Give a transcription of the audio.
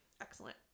excellent